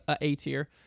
A-tier